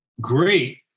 great